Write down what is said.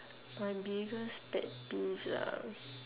my biggest pet peeves um